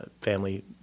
family